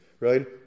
right